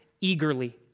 eagerly